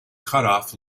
cutoff